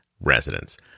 residents